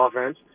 offense